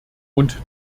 und